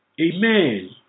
Amen